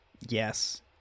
Yes